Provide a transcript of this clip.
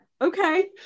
Okay